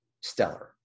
stellar